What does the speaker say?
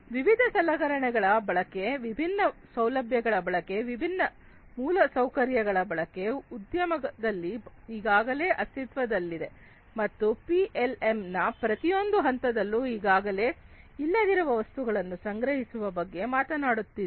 ವಿವಿಧ ಸಲಕರಣೆಗಳ ಬಳಕೆ ವಿಭಿನ್ನ ಸೌಲಭ್ಯಗಳ ಬಳಕೆ ವಿಭಿನ್ನ ಮೂಲಸೌಕರ್ಯಗಳ ಬಳಕೆ ಉದ್ಯಮದಲ್ಲಿ ಈಗಾಗಲೇ ಅಸ್ತಿತ್ವದಲ್ಲಿದೆ ಮತ್ತು ಪಿಎಲ್ಎಂನ ಪ್ರತಿಯೊಂದು ಹಂತದಲ್ಲೂ ಈಗಾಗಲೇ ಇಲ್ಲದಿರುವ ವಸ್ತುಗಳನ್ನು ಸಂಗ್ರಹಿಸುವ ಬಗ್ಗೆ ಮಾತನಾಡಿದ್ದೇವೆ